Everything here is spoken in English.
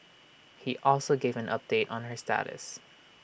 he also gave an update on her status